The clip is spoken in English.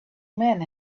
man